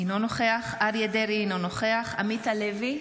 אינו נוכח אריה מכלוף דרעי, אינו נוכח עמית הלוי,